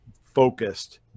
focused